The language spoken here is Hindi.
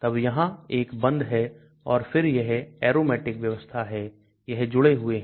तब यहां एक बंद है और फिर यह Aromatic व्यवस्था है यह जुड़े हुए हैं